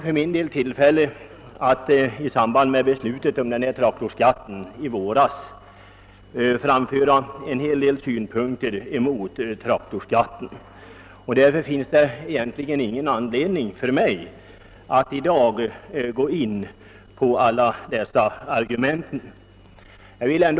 För min del hade jag tillfälle att i samband med att beslut om denna skatt fattades i våras framföra en del synpunkter mot densamma, och därför finns det ingen anledning för mig att i dag gå in på alla de argument som kan anföras i sammanhanget.